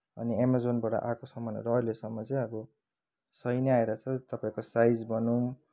अनि एमाजोनबाट आएको सामानहरू अहिलेसम्म चाहिँ अब सही नै आइरहेको छ तपाईँको साइज भनौँ